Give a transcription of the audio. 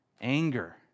anger